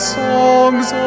songs